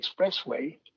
expressway